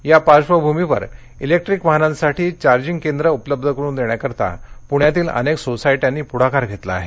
या पार्बभूमीवर इलेक्ट्रीक वाहनांसाठी चार्जिंग केंद्र उपलब्ध करून देण्यासाठी पूण्यातील अनेक सोसायट्यांनी पुढाकार घेतला आहे